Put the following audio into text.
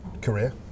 career